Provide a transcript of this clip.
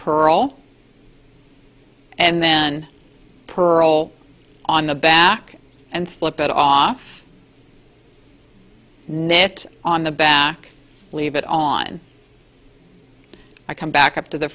pearl and then pearl on the back and slipped it off net on the back leave it on i come back up to the